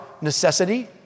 necessity